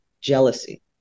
jealousy